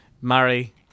Murray